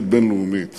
ומתעלמים מהם.